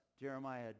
Jeremiah